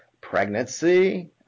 pregnancy